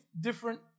different